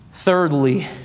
Thirdly